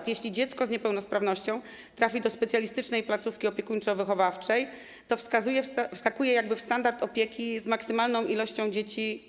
Np. jeśli dziecko z niepełnosprawnością trafi do specjalistycznej placówki opiekuńczo-wychowawczej, to wskakuje w standard opieki z maksymalną liczbą dzieci,